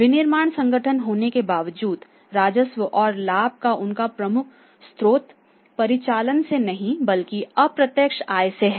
विनिर्माण संगठन होने के बावजूद राजस्व और लाभ का उनका प्रमुख स्रोत परिचालन से नहीं बल्कि अप्रत्यक्ष आय से है